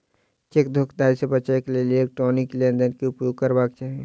cheque धोखाधड़ी से बचैक लेल इलेक्ट्रॉनिक लेन देन के उपयोग करबाक चाही